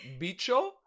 bicho